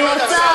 אני רוצה לאפשר,